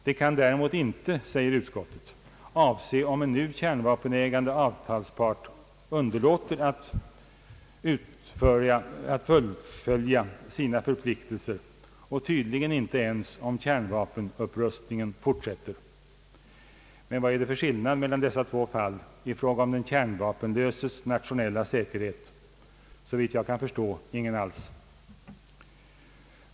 Det kan däremot inte, säger utskottet, avse att en nu kärnvapenägande avtalspart underlåter att fullgöra sina förpliktelser och tydligen inte ens att kärnvapenupprustningen fortsätter. Men vad är det för skillnad mellan dessa två fall i fråga om den kärnvapenlöses nationella säkerhet? Såvitt jag kan förstå ingen alls.